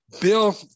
Bill